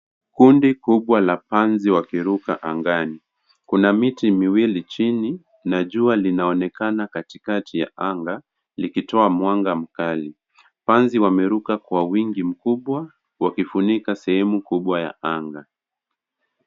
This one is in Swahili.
Kundi kubwa la panzi wa kiruka angani. Kuna miti miwili chini na jua linaonekana katikati ya anga, likitoa mwanga mkali. Panzi wameruka kwa wingi mkubwa, wakifunika sehemu kubwa ya anga.